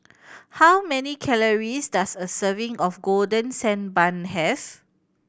how many calories does a serving of Golden Sand Bun have